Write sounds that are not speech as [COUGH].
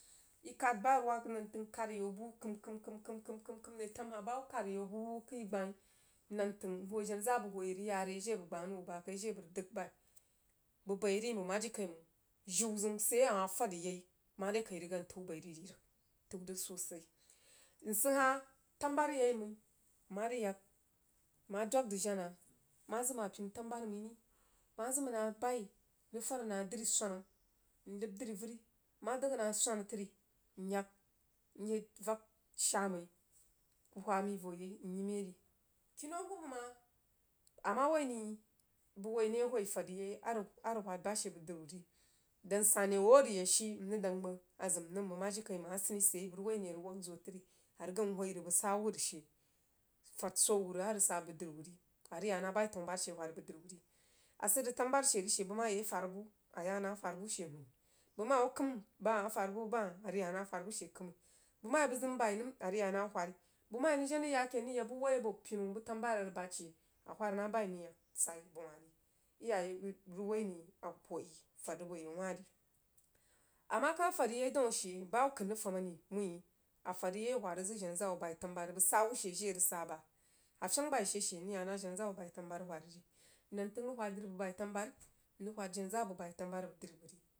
[UNINTELLIGIBLE] bah wuruwah nan-təng kad ayau buh kəm kəm kəm kəm retamhah ba hubba kad ayau buh bəg kəi gbai nan-təng who jenah zaa bəg hoo ye rig yah re jiri a bəg gbah rig hoo bah kai jiri a bəg rig dəg bai bəg baih a ri mang mah jiri kai mang jiu zəun sid yai a mah fad rig yai mare kai rigan təu baih rig ri rig təu rig sosai nsid hah tanu bari yai mai mmah rig yag mmah dog rig jenah mah zəm mah pinu tanububari mai ri bəg mah zəmah na bai rig fhad nah driswana nləb dri veri nmah dəg nah swana tri nyak mye vak shaa mai kuh whah mai voyai myi mai ri kinau hubbi mah a mah woi ni bag woi ni a whoi fad rig yai a rig arig whad ba she bəg dri wuh ri dan san re wuh a rig yad shi mrig dang bəg a zəm nəm mang mah jiri kai mang asii sid yai bəg woi ni a rig wag zoh tri a rigau whoi rig she fad soo wuh rig a rig sah bəg dri wuh ri a rig yah na bəi tanu-bari she whan bəg dri wuh ri a sid rig tanu bain she bəg mah yi afarbuh a yah nah afarbuh she huuni bəg mah yi wuh kəim ba hah afarbu bah hah a rig yah nah iii afarbu she kəmai, ba hah afarbuh bah hah a rig yah nah afirbuh she kəi-i mai balg mah yi bəg zəm bai nəm a rig yah nah whari a mah jen rig yah ken mrig yak buh woi abo pinu tanubari a rig sad she a whad nah bai mrig yag sai bəf wah ri iyaye rig woi nai awhoi fad rig bo yau wah ri a mah kah fad rig yai dun ashe bah hubba kəin rig fam ari wuin afad rig yai a whad rig zəg jcua zaa wuh bai tanubari bəg sah wuh shejiri a rig sah bəg a fyang bai she she nrig yah nah jenah zaa wuh bai tanubaru whar i ri nan-təng rig whad dri bəg bai tanbari mrig whad jenah zaa bəg bai tanbari bəg dri bəg ri.